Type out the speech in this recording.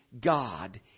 God